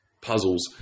puzzles